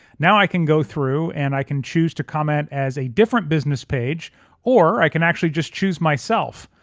now i can go through and i can choose to comment as a different business page or i can actually just choose myself.